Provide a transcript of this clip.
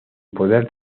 poder